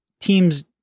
teams